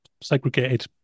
segregated